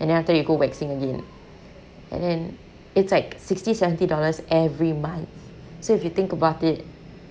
and then after that you go waxing again and then it's like sixty seventy dollars every month so if you think about it